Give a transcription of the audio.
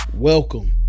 Welcome